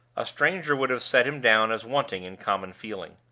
a stranger would have set him down as wanting in common feeling.